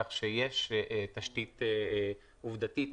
כך שיש תשתית עובדתית,